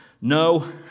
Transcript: no